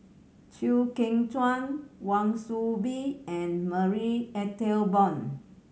Chew Kheng Chuan Wan Soon Bee and Marie Ethel Bong